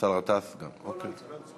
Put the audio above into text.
באסל גטאס גם, כן.